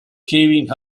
kevin